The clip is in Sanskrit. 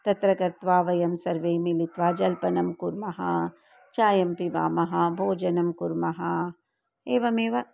तत्र गत्वा वयं सर्वे मिलित्वा जल्पनं कुर्मः चायं पिबामः भोजनं कुर्मः एवमेव